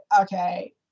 okay